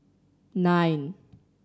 nine